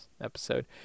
episode